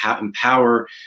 empower